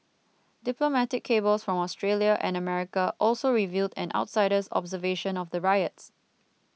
diplomatic cables from Australia and America also revealed an outsider's observation of the riots